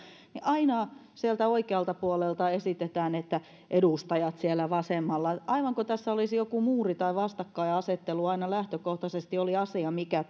niin aina sieltä oikealta puolelta esitetään että edustajat siellä vasemmalla aivan kuin tässä olisi joku muuri tai vastakkainasettelu aina lähtökohtaisesti oli asia mikä